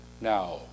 now